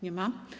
Nie ma.